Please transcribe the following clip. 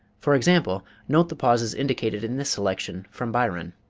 for example, note the pauses indicated in this selection from byron